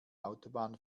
autobahn